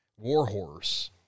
Warhorse